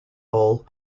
hall